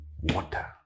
water